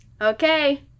Okay